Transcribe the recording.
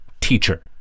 teacher